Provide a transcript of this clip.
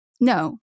No